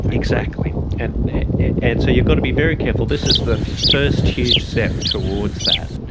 exactly. and and so you've got to be very careful, this is the first huge step towards that,